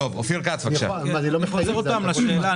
אני רוצה להבין.